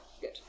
Good